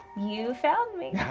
you found me.